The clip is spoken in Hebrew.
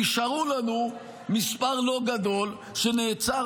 נשארו לנו מספר לא גדול שנעצר.